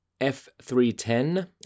F310